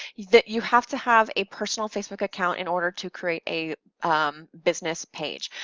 that you have to have a personal facebook account in order to create a business page.